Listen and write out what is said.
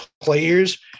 players